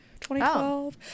2012